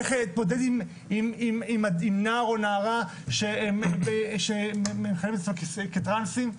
איך להתמודד עם נער או נערה שמזהים עצמם כטרנסים.